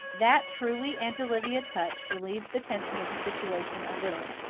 that truly aunt olivia touch relieved the tension of the situation a little.